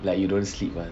like you don't sleep [one]